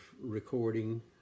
recording